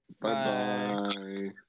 bye-bye